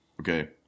Okay